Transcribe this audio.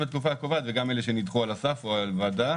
לתקופה הקובעת וגם אלה שנדחו על הסף או על ועדה.